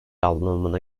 anlamına